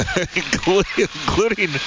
including